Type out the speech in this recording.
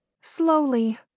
Slowly